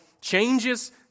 changes